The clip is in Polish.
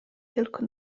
tylko